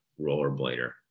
rollerblader